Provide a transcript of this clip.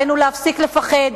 עלינו להפסיק לפחד,